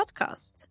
podcast